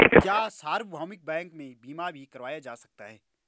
क्या सार्वभौमिक बैंक में बीमा भी करवाया जा सकता है?